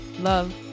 love